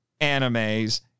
animes